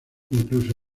incluso